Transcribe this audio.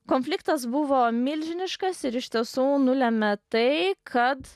konfliktas buvo milžiniškas ir iš tiesų nulemia tai kad